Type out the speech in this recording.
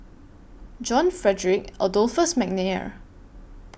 John Frederick Adolphus Mcnair